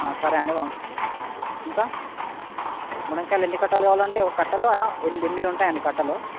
సరే అండి వం ఇంకా మునక్కాయలు ఎన్ని కట్టలు కావాలి అండి ఒక కట్టలో ఎనిమిది ఉంటాయి అండి కట్టలో